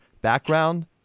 background